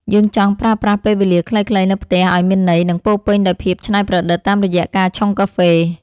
យើងចង់ប្រើប្រាស់ពេលវេលាខ្លីៗនៅផ្ទះឱ្យមានន័យ និងពោរពេញដោយភាពច្នៃប្រឌិតតាមរយៈការឆុងកាហ្វេ។